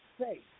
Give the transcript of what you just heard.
say